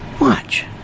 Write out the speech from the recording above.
Watch